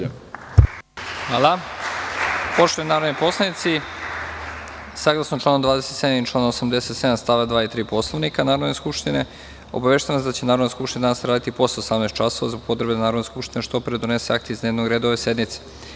Poštovani narodni poslanici, saglasno članu 27. i članu 87. stav 2. i 3. Poslovnika Narodne Skupštine, obaveštavam vas da će Narodna skupština danas raditi i posle 18,00 časova, zbog potrebe da Narodna Skupština što pre donese akte iz dnevnog reda ove sednice.